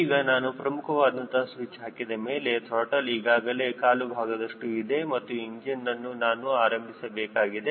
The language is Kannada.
ಈಗ ನಾನು ಪ್ರಮುಖವಾದಂತಹ ಸ್ವಿಚ್ ಹಾಕಿದಮೇಲೆ ತ್ರಾಟಲ್ ಈಗಾಗಲೇ ಕಾಲು ಭಾಗದಷ್ಟು ಇದೆ ಮತ್ತು ಇಂಜಿನ್ನನ್ನು ನಾನು ಆರಂಭಿಸಬೇಕಾಗಿದೆ